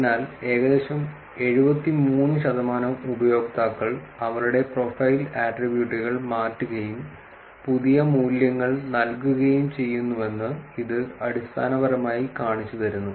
അതിനാൽ ഏകദേശം 73 ശതമാനം ഉപയോക്താക്കൾ അവരുടെ പ്രൊഫൈൽ ആട്രിബ്യൂട്ടുകൾ മാറ്റുകയും പുതിയ മൂല്യങ്ങൾ നൽകുകയും ചെയ്യുന്നുവെന്ന് ഇത് അടിസ്ഥാനപരമായി കാണിച്ചുതരുന്നു